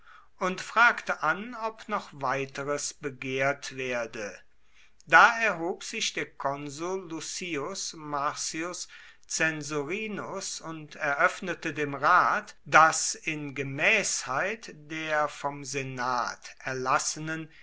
und fragte an ob noch weiteres begehrt werde da erhob sich der konsul lucius marcius censorinus und eröffnete dem rat daß in gemäßheit der vom senat erlassenen